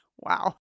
Wow